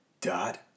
Dot